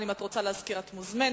אם את רוצה להזכיר את עניינה, את מוזמנת.